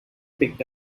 picked